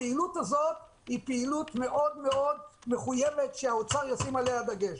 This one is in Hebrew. הפעילות הזאת היא פעילות מאוד מאוד מחויבות שהאוצר ישים עליה דגש.